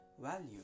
value